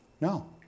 No